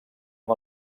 amb